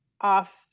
off